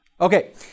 Okay